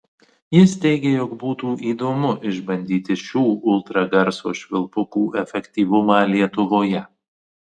jis teigė jog būtų įdomu išbandyti šių ultragarso švilpukų efektyvumą lietuvoje